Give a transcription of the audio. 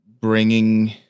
Bringing